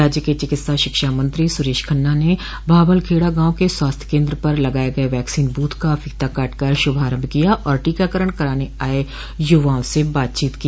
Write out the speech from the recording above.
राज्य के चिकित्सा शिक्षा मंत्री सुरेश खन्ना ने भाबलखेड़ा गांव के स्वास्थ्य केन्द्र पर लगाये गये वैक्सीन बूथ का फीता काटकर श्भारम्भ किया और टीकाकरण कराने आये यूवाओं से बात की